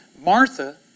Martha